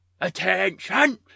Attention